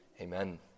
Amen